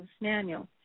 manual